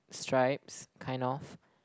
stripes kind of